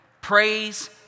praise